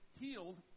healed